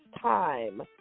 time